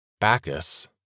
Bacchus